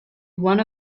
one